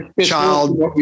child